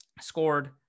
scored